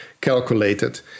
calculated